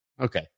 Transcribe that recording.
Okay